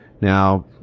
now